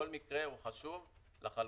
כל מקרה הוא חשוב לחלוטין.